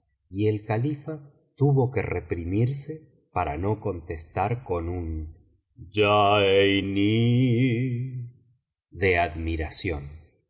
y el califa tuvo que reprimirse para no contestar con un ya einí de admiración y